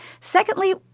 Secondly